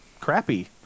crappy